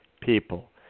people